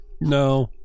No